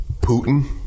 Putin